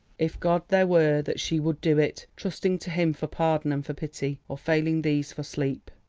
if god there were, that she would do it, trusting to him for pardon and for pity, or failing these for sleep.